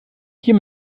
hier